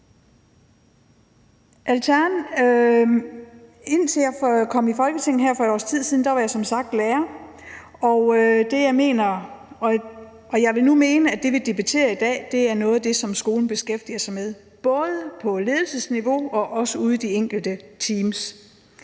Indtil jeg kom i Folketinget her for et års tid siden, var jeg som sagt lærer, og jeg vil nu mene, at det, vi debatterer i dag, er noget af det, som skolen beskæftiger sig med, både på ledelsesniveau og ude i de enkelte teams.